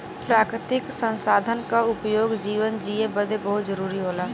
प्राकृतिक संसाधन क उपयोग जीवन जिए बदे बहुत जरुरी होला